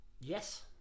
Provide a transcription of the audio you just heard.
yes